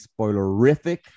spoilerific